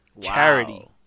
Charity